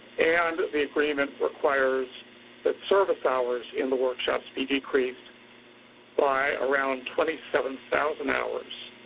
and, the agreement requires that service hours in the workshops be decreased by around twenty seven thousand hours.